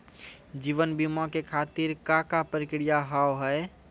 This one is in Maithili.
जीवन बीमा के खातिर का का प्रक्रिया हाव हाय?